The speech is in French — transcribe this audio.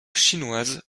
chinoises